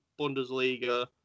Bundesliga